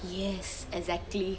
yes exactly